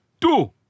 Two